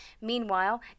Meanwhile